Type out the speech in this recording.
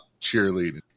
cheerleading